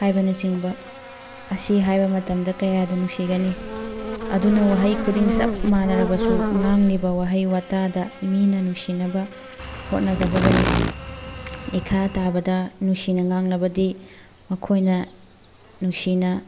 ꯍꯥꯏꯕꯅ ꯆꯤꯡꯕ ꯑꯁꯤ ꯍꯥꯏꯕ ꯃꯇꯝꯗ ꯀꯌꯥꯗ ꯅꯨꯡꯁꯤꯒꯅꯤ ꯑꯗꯨꯅ ꯋꯥꯍꯩ ꯈꯨꯗꯤꯡ ꯆꯞ ꯃꯥꯟꯅꯔꯕꯁꯨ ꯉꯥꯡꯂꯤꯕ ꯋꯥꯍꯩ ꯋꯥꯇꯥꯗ ꯃꯤꯅ ꯅꯨꯡꯁꯤꯅꯕ ꯍꯣꯠꯅꯒꯗꯕꯅꯤ ꯏꯈꯥ ꯊꯥꯕꯗ ꯅꯨꯡꯁꯤꯅ ꯉꯥꯡꯂꯕꯗꯤ ꯃꯈꯣꯏꯅ ꯅꯨꯡꯁꯤꯅ